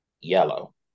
yellow